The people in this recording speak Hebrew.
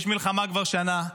יש מלחמה כבר שנה,